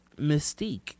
mystique